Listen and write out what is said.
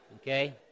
Okay